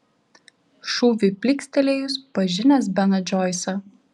šūviui plykstelėjus pažinęs beną džoisą